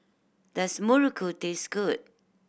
does muruku taste good